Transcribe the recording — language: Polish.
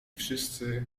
wszyscy